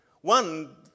One